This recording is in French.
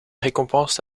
récompense